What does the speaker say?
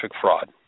fraud